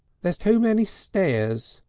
there's too many stairs,